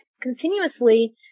continuously